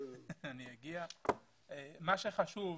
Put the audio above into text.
מה שחשוב,